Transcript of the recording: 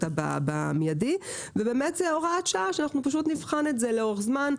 זו הוראת שעה שנבחן לאורך זמן.